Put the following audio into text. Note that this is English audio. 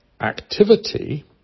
activity